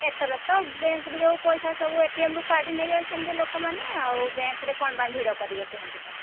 ଏଥର ତ ବ୍ୟାଙ୍କ୍ରୁ ଯେଉଁ ପଇସା ସବୁ ଏଟିଏମ୍ରୁ କାଢ଼ି ନେଇଯାଉଛନ୍ତି ଲୋକମାନେ ଆଉ ବ୍ୟାଙ୍କ୍ରେ କ'ଣ ପାଇଁ ଭିଡ଼ କରିବେ କୁହନ୍ତୁ ତ